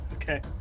Okay